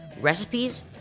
Recipes